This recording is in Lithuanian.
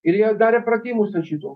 ir jie darė pratimus ant šito